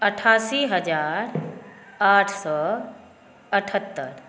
अठासी हजार आठ सए अठहत्तर